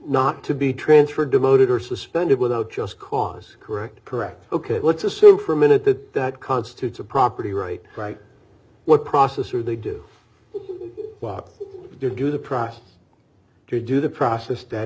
not to be transferred demoted or suspended without just cause correct correct ok let's assume for a minute that that constitutes a property right right what process are they do walk to do the process to do the process that